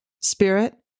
Spirit